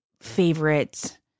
favorite